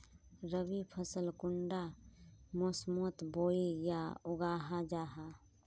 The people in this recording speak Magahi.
रवि फसल कुंडा मोसमोत बोई या उगाहा जाहा?